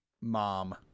mom